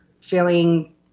feeling